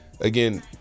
again